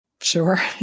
Sure